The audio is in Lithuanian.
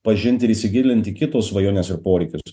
pažint ir įsigilint į kito svajones ir poreikius